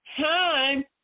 time